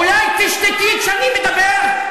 אולי תשתקי כשאני מדבר?